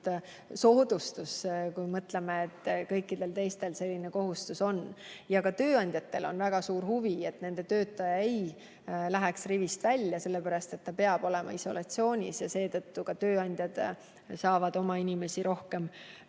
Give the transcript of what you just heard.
soodustus, kui mõtleme, et kõikidel teistel selline kohustus on. Ka tööandjatel on väga suur huvi, et nende töötaja ei läheks rivist välja, kuna ta peab olema isolatsioonis, ja seetõttu ka tööandjad saavad oma inimesi